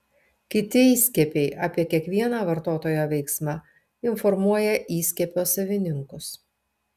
kiti įskiepiai apie kiekvieną vartotojo veiksmą informuoja įskiepio savininkus